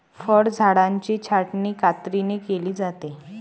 फळझाडांची छाटणी कात्रीने केली जाते